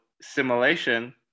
simulation